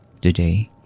Today